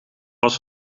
was